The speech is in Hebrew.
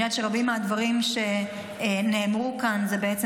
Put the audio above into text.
אני יודעת שרבים מהדברים שנאמרו כאן הם בעצם